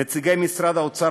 לנציגי משרד האוצר,